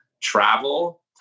travel